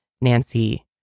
Nancy